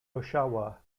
oshawa